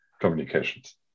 communications